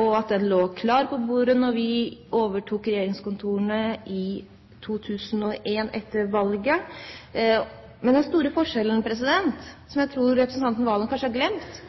og det lå klart på bordet da vi overtok regjeringskontorene i 2001, etter valget. Men den store forskjellen, som jeg tror representanten Serigstad Valen kanskje har glemt,